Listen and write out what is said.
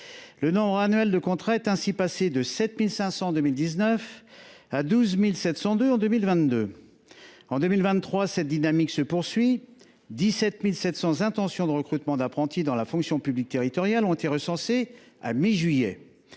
Le nombre annuel de contrats est ainsi passé de 7 500 en 2019 à 12 702 en 2022. En 2023, cette dynamique se poursuit : 17 700 intentions de recrutements d’apprentis dans la fonction publique territoriale ont été recensées en juillet